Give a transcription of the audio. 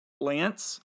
Lance